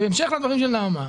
ובהמשך לדברים של נעמה,